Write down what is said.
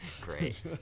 Great